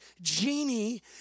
genie